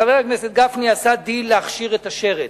חבר הכנסת גפני עשה דיל להכשיר את השרץ.